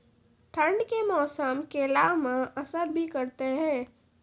ठंड के मौसम केला मैं असर भी करते हैं?